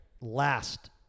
last